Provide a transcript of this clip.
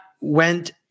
went